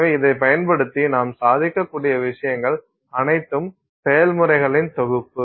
எனவே இதைப் பயன்படுத்தி நாம் சாதிக்கக்கூடிய விஷயங்கள் அனைத்தும் செயல்முறைகளின் தொகுப்பு